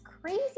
crazy